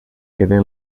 queden